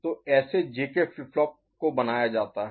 तो ऐसे JK flip flop को बनाया जाता है